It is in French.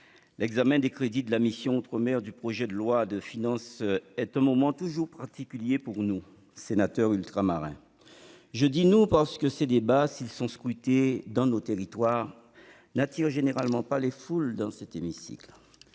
l'examen des crédits de la mission « Outre-mer » du projet de loi de finances est un moment toujours particulier pour nous, sénateurs ultramarins. Je dis « nous », parce que ces débats, s'ils sont scrutés dans nos territoires, n'attirent généralement pas les foules dans cet hémicycle.